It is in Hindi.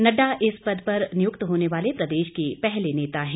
नड्डा इस पद पर नियुक्त होने वाले प्रदेश के पहले नेता हैं